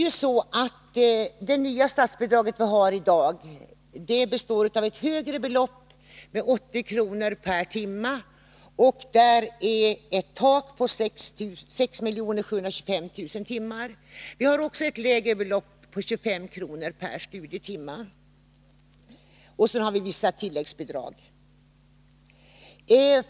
Det nya statsbidraget består av ett högre belopp — 80 kr. per timme — och ett tak har satts vid 6 725 000 timmar. Vi har också ett lägre belopp på 25 kr. per studietimme. Dessutom finns vissa tilläggsbidrag.